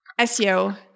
SEO